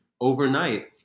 overnight